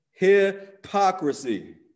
hypocrisy